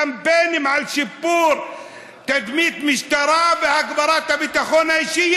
קמפיינים לשיפור תדמית המשטרה והגברת הביטחון האישי,